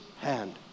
hand